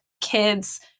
kids